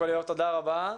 ליאור, תודה רבה.